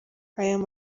aya